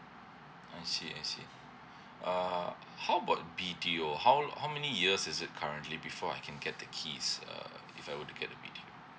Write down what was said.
I see I see uh how about B_T_O how how many years is it currently before I can get the keys uh if I were to get the B_T_O